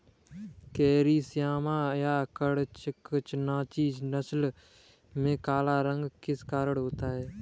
Carry Shyama या कड़कनाथी नस्ल में काला रंग किस कारण होता है?